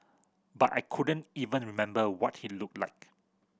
but I couldn't even remember what he looked like